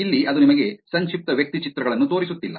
ಇಲ್ಲಿ ಅದು ನಿಮಗೆ ಸಂಕ್ಷಿಪ್ತ ವ್ಯಕ್ತಿಚಿತ್ರಗಳನ್ನು ತೋರಿಸುತ್ತಿಲ್ಲ